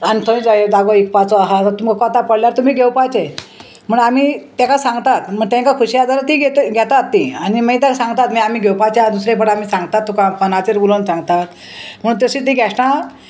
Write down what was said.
आनी थंय जाय जागो इकपाचो आहा तुमकां कोता पडल्यार तुमी घेवपाचें म्हणोन आमी तेका सांगतात म्हण तेंका खुशी आसा जाल्यार ती घेत घेतात ती आनी मागीर ते सांगतात मागीर आमी घेवपाचे आहा दुसरे बट आमी सांगतात तुका फोनाचेर उलोवन सांगतात म्हण तशीं तीं गॅश्टां